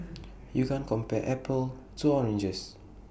you can't compare apples to oranges